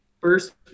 First